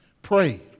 Pray